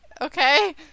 Okay